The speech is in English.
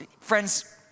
friends